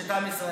יש את עם ישראל.